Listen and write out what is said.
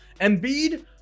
Embiid